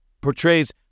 portrays